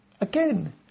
Again